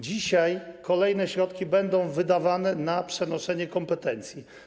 Dzisiaj kolejne środki będą wydawane na przenoszenie kompetencji.